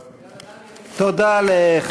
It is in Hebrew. תודה, מיקי.